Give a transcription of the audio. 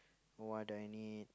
what I need